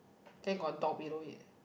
then got a dog below it